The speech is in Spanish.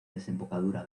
desembocadura